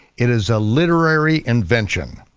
it is a literary invention.